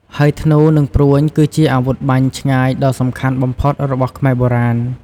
ហើយធ្នូ និងព្រួញ គឺជាអាវុធបាញ់ឆ្ងាយដ៏សំខាន់បំផុតរបស់ខ្មែរបុរាណ។